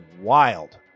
wild